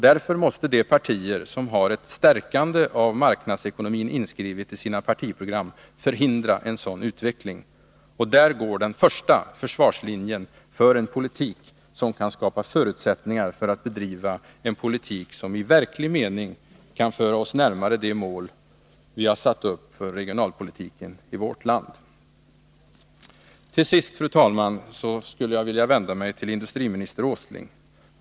Därför måste de partier som har ”ett stärkande av marknadsekonomin” inskrivet i sina partiprogram förhindra en sådan utveckling. Där går den första försvarslinjen för en politik som kan skapa förutsättningar för att bedriva en politik som i verklig mening kan föra oss närmare de mål vi har satt upp för regionalpolitiken i vårt land. Till sist, fru talman, skulle jag vilja vända mig till industriminister Åsling.